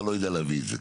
אתה לא יודע להביא את זה.